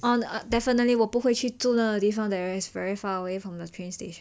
definitely 我不会去住那个地方 that is very far away from the train station